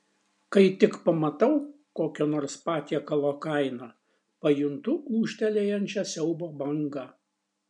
kai tik pamatau kokio nors patiekalo kainą pajuntu ūžtelėjančią siaubo bangą